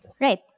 Right